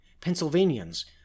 Pennsylvanians